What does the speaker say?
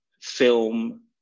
film